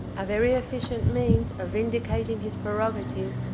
a very efficient means of vindicating his prerogative,